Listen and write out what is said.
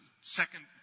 second